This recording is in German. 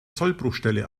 sollbruchstelle